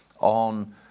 on